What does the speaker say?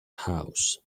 house